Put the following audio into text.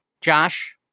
josh